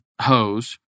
hose